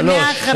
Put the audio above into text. שלוש,